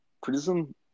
criticism